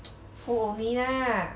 food only lah